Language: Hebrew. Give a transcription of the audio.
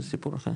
זה סיפור אחר.